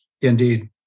indeed